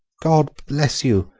god bless you,